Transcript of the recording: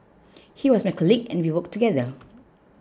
he was my colleague and we worked together